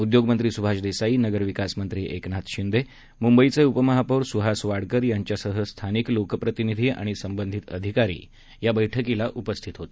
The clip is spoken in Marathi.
उद्योगमंत्री सुभाष देसाई नगरविकासमंत्री एकनाथ शिंदे मुंबईचे उपमहापौर सुहास वाडकर यांच्यासह स्थानिक लोकप्रनिधी आणि संबंधित अधिकारी या बैठकीला उपस्थित होते